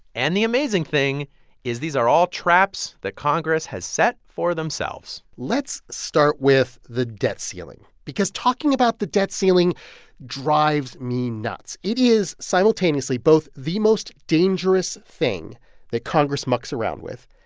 and the amazing thing is these are all traps that congress has set for themselves let's start with the debt ceiling because talking about the debt ceiling drives me nuts. it is simultaneously both the most dangerous thing that congress mucks around with.